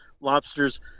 lobsters